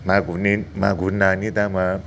मागुरनि मागुर नानि दामा